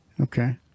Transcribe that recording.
okay